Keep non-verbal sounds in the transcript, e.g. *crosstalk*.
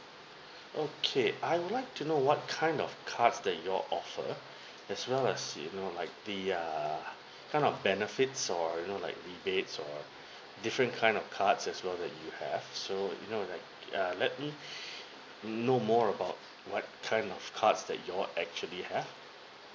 okay I would like to know what kind of cards that you all offer as well as you know like the err kind of benefits or you know like rebates or different kind of cards as well that you have so you know like uh let me *breath* know more about what kind of cards that you all actually have